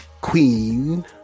queen